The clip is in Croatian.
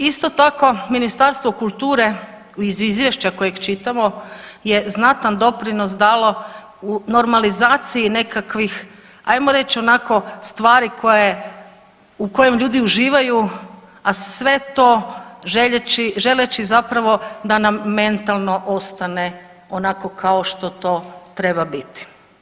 Isto tako Ministarstvo kulture iz izvješća kojeg čitamo je znatan doprinos dalo u normalizaciji nekakvih ajmo reć onako stvari koje, u kojem ljudi uživaju, a sve to želeći zapravo da nam mentalno ostane onako kao što to treba biti.